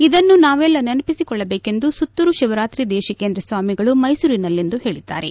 ಇದನ್ನು ನಾವೆಲ್ಲ ನೆನಪಿಸಿಕೊಳ್ಳಬೇಕೆಂದು ಸುತ್ತೂರು ಶಿವರಾತ್ರಿ ದೇಶಿಕೇಂದ್ರ ಸ್ವಾಮಿಗಳು ಮೈಸೂರಿನಲ್ಲಿಂದು ಹೇಳಿದ್ದಾರೆ